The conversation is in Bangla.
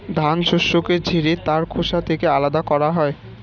ধান শস্যকে ঝেড়ে তার খোসা থেকে আলাদা করা হয়